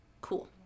Cool